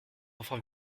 enfant